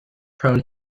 prone